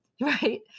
right